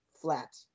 flat